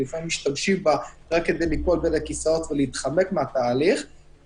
ולפעמים משתמשים בה רק כדי ליפול בין הכיסאות ולהתחמק מהתהליך,